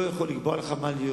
אני לא יכול לקבוע לך מה להיות,